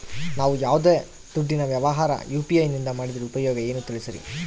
ನಾವು ಯಾವ್ದೇ ದುಡ್ಡಿನ ವ್ಯವಹಾರ ಯು.ಪಿ.ಐ ನಿಂದ ಮಾಡಿದ್ರೆ ಉಪಯೋಗ ಏನು ತಿಳಿಸ್ರಿ?